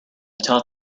taught